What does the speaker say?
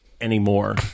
anymore